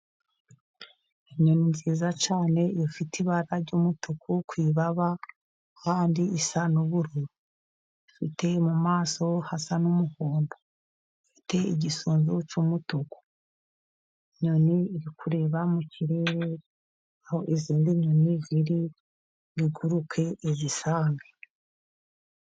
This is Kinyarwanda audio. Inyoni nziza cyane ifite ibara ry'umutuku ku ibaba kandi isa n'uburu, ifite mu maso hasa n'umuhondo, ifite igisunzu cy'umutuku, inyoni iri kureba mu kirere aho izindi nyoni ziri iguruke izisange.